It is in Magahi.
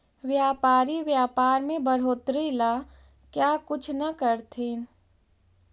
व्यापारी व्यापार में बढ़ोतरी ला क्या कुछ न करथिन